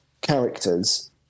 characters